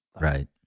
Right